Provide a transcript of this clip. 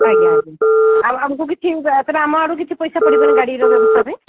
ଆଜ୍ଞା ଆଜ୍ଞା ଆଉ ଆମକୁ କିଛି ତେବେ ଆମ ଆଡ଼ୁ କିଛି ପଇସା ପଡ଼ିବନି ଗାଡ଼ିର ବ୍ୟବସ୍ଥା ପାଇଁ